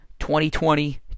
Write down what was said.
2020